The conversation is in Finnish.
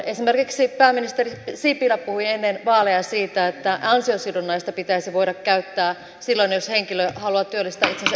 esimerkiksi pääministeri sipilä puhui ennen vaaleja siitä että ansiosidonnaista pitäisi voida käyttää silloin jos henkilö haluaa työllistää itsensä yrittäjämäisesti ja niin edelleen